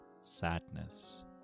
Sadness